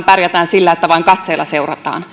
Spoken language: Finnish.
pärjätään sillä että vain katseella seurataan